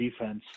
defense